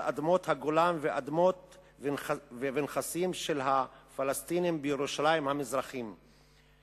אדמות הגולן ונכסים של הפלסטינים בירושלים המזרחית.